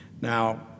Now